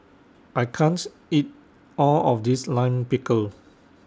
I can't eat All of This Lime Pickle